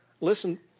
listen